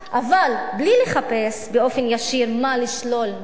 אבל בלי לחפש באופן ישיר מה לשלול מהערבים.